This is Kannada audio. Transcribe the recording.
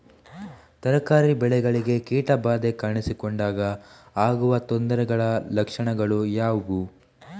ತರಕಾರಿ ಬೆಳೆಗಳಿಗೆ ಕೀಟ ಬಾಧೆ ಕಾಣಿಸಿಕೊಂಡಾಗ ಆಗುವ ತೊಂದರೆಗಳ ಲಕ್ಷಣಗಳು ಯಾವುವು?